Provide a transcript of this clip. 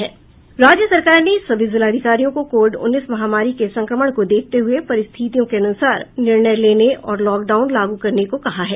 राज्य सरकार ने सभी जिलाधिकारियों को कोविड उन्नीस महामारी के संक्रमण को देखते हुए परिस्थितियों के अनुसार निर्णय लेने और लॉकडाउन लागू करने को कहा है